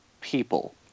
people